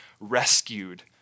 rescued